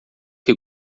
que